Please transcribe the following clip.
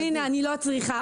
הנה, אני לא צריכה.